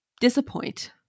disappoint